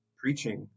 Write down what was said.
preaching